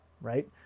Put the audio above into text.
right